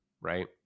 right